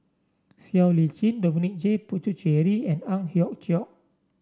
Siow Lee Chin Dominic J Puthucheary and Ang Hiong Chiok